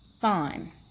fine